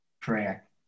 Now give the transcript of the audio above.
Prayer